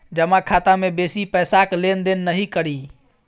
जमा खाता मे बेसी पैसाक लेन देन नहि करी